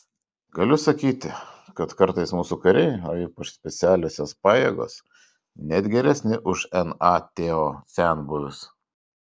galiu sakyti kad kartais mūsų kariai o ypač specialiosios pajėgos net geresni už nato senbuvius